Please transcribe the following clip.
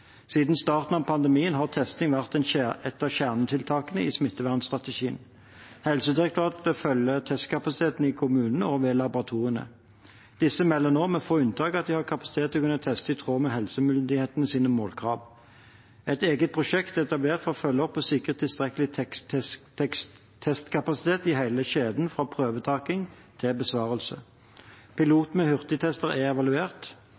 Siden starten av pandemien har testing vært et av kjernetiltakene i smittevernstrategien. Helsedirektoratet følger testkapasiteten i kommunene og ved laboratoriene. Disse melder nå, med få unntak, at de har kapasitet til å kunne teste i tråd med helsemyndighetenes målkrav. Et eget prosjekt er etablert for å følge opp og sikre tilstrekkelig testkapasitet i hele kjeden fra prøvetaking til besvarelse. Piloten med hurtigtester er evaluert,